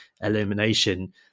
Illumination